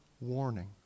warning